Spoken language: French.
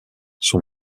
son